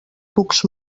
cucs